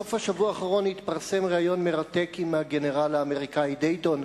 בסוף השבוע האחרון התפרסם ריאיון מרתק עם הגנרל האמריקני דייטון,